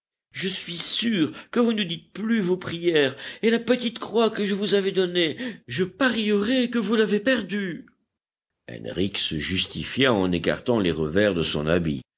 je suis sûre que vous ne dites plus vos prières et la petite croix que je vous avais donnée je parierais que vous l'avez perdue henrich se justifia en écartant les revers de son habit